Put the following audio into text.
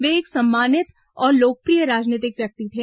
वे एक सम्मानित और लोकप्रिय राजनीतिक व्यक्ति थे